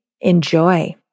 Enjoy